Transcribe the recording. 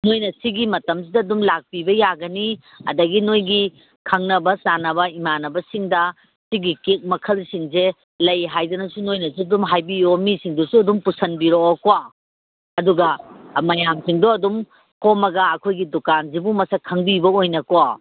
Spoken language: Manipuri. ꯅꯣꯏꯅ ꯁꯤꯒꯤ ꯃꯇꯝꯁꯤꯗ ꯑꯗꯨꯝ ꯂꯥꯛꯄꯤꯕ ꯌꯥꯒꯅꯤ ꯑꯗꯒꯤ ꯅꯣꯏꯒꯤ ꯈꯪꯅꯕ ꯆꯥꯟꯅꯕ ꯏꯃꯥꯟꯅꯕꯁꯤꯡꯗ ꯁꯤꯒꯤ ꯀꯦꯛ ꯃꯈꯜꯁꯤꯡꯁꯦ ꯂꯩ ꯍꯥꯏꯗꯅꯁꯨ ꯅꯣꯏꯅꯁꯨ ꯑꯗꯨꯝ ꯍꯥꯏꯕꯤꯌꯨ ꯃꯤꯁꯤꯡꯗꯨꯁꯨ ꯑꯗꯨꯝ ꯄꯨꯁꯤꯟꯕꯤꯔꯛꯑꯣꯀꯣ ꯑꯗꯨꯒ ꯃꯌꯥꯝꯁꯤꯡꯗꯣ ꯑꯗꯨꯝ ꯈꯣꯝꯃꯒ ꯑꯩꯈꯣꯏꯒꯤ ꯗꯨꯀꯥꯟꯁꯤꯕꯨ ꯃꯁꯛ ꯈꯪꯕꯤꯕ ꯑꯣꯏꯅꯀꯣ